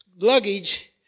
luggage